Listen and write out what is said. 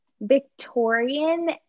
Victorian